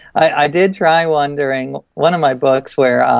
i did try wondering, one of my books, where